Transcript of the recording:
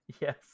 Yes